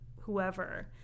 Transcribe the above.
whoever